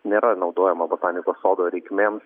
nėra naudojama botanikos sodo reikmėms